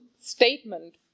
statement